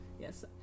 yes